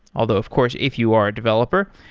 although of course if you are a developer,